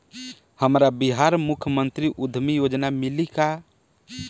हमरा बिहार मुख्यमंत्री उद्यमी योजना मिली का?